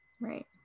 Right